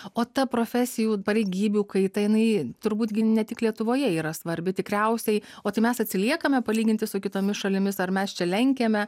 o ta profesijų pareigybių kaita jinai turbūt ne tik lietuvoje yra svarbi tikriausiai o tai mes atsiliekame palyginti su kitomis šalimis ar mes čia lenkiame